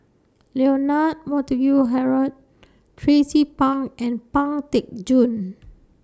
Leonard Montague Harrod Tracie Pang and Pang Teck Joon